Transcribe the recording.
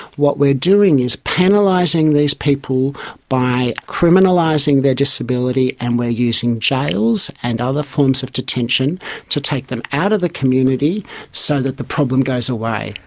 what we are doing is penalising these people by criminalising their disability and we are using jails and other forms of detection to take them out of the community so that the problem goes away.